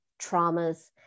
traumas